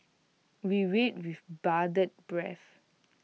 we wait with bated breath